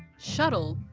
shuttle,